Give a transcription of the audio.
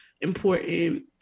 important